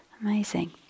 amazing